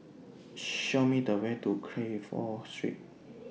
Show Me The Way to Crawford Street